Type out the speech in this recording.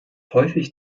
häufig